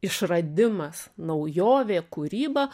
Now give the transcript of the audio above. išradimas naujovė kūryba